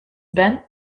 bent